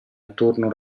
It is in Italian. attorno